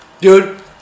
dude